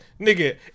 nigga